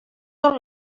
tot